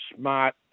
smart